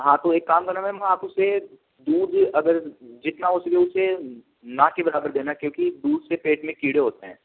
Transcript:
हाँ तो एक काम करना मेम आप उसे दूध अगर जितना हो सके उसे ना के बराबर देना क्योंकि दूध से पेट में कीड़े होते हैं